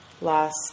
last